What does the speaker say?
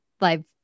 live